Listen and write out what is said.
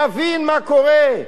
יבין מה קורה,